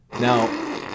Now